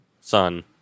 Son